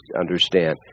understand